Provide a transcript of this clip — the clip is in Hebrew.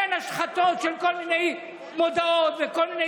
אין השחתות של כל מיני מודעות וכל מיני